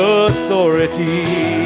authority